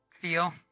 feel